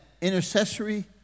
intercessory